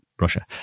Russia